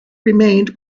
remained